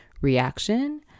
reaction